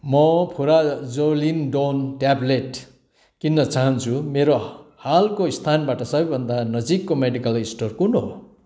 म furazolidone tablet किन्न चाहन्छु मेरो हालको स्थानबाट सबैभन्दा नजिकको मेडिकल स्टोर कुन हो